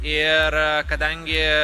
ir kadangi